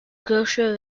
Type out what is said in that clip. grocer